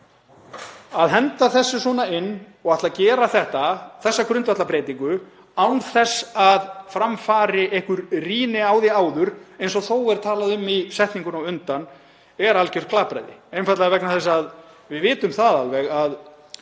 Að henda þessu svona inn og ætla að gera þessa grundvallarbreytingu án þess að fram fari einhver rýni á því áður, eins og þó er talað um í setningunni á undan, er algjört glapræði, einfaldlega vegna þess að við vitum það alveg að